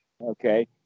Okay